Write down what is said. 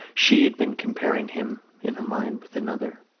she had been comparing him in her mind with another.